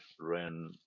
ran